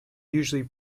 usually